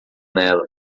nela